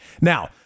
Now